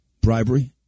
bribery